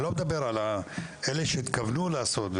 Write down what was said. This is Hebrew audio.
אני לא מדבר על אלה שהתכוונו לעשות,